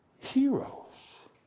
heroes